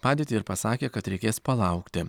padėtį ir pasakė kad reikės palaukti